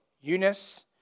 Eunice